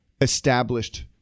established